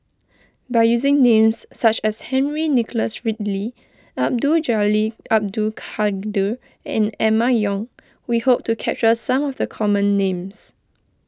by using names such as Henry Nicholas Ridley Abdul Jalil Abdul Kadir and Emma Yong we hope to capture some of the common names